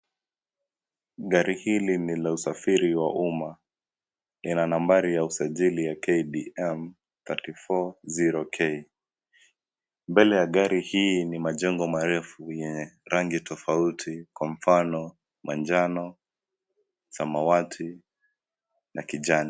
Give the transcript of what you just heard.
Gari hili ni la usafiri wa umma. Lina nambari ya usajili ya KDM 340K . Mbele ya gari hii ni majengo refu yenye rangi tofauti, kwa mfano: manjano, samawati na kijani.